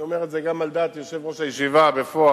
אני אומר את זה גם על דעת יושב-ראש הישיבה בפועל: